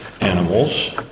animals